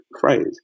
phrase